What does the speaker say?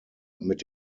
mit